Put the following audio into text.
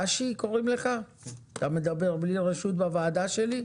אתה מדבר בלי רשות בוועדה שלי?